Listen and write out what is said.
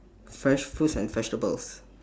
fresh fruits and vegetables